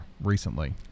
recently